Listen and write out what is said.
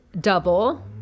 double